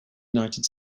united